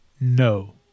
No